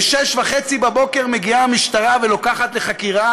ב-06:30 בבוקר המשטרה מגיעה ולוקחת לחקירה